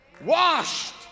washed